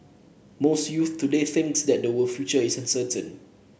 most youths today think that their future is uncertain